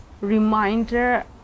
reminder